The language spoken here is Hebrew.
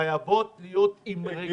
חייבות להיות עם רגישות.